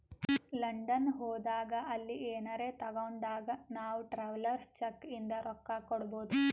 London ಹೋದಾಗ ಅಲ್ಲಿ ಏನರೆ ತಾಗೊಂಡಾಗ್ ನಾವ್ ಟ್ರಾವೆಲರ್ಸ್ ಚೆಕ್ ಇಂದ ರೊಕ್ಕಾ ಕೊಡ್ಬೋದ್